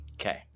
Okay